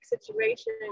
situation